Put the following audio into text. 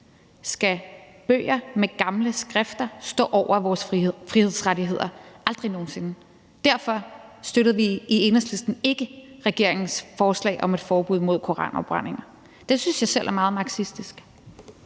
skal bøger med gamle skrifter stå over vores frihedsrettigheder – aldrig nogen sinde. Derfor støttede vi i Enhedslisten ikke regeringens forslag om et forbud mod koranafbrændinger. Det synes jeg selv er meget marxistisk.